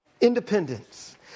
independence